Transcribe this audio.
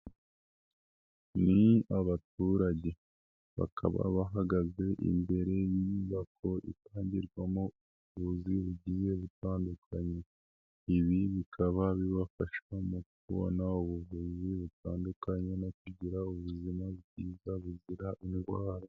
Ni abaturage bakaba bahagaze imbere y'inyubako itangirwamo ubuvuzi bugiye butandukanye. Ibi bikaba bibafasha mu kubona ubuvuzi butandukanye, no kugira ubuzima bwiza buzira indwara.